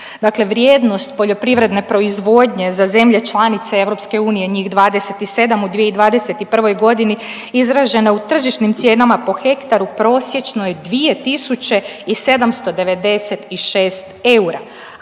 vrijednost poljoprivredne proizvodnje za zemlje članice EU njih 27 u 2021.g. izražene u tržišnim cijenama po hektaru prosječno je 2.796 eura,